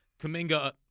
Kaminga